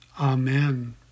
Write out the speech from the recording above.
Amen